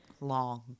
long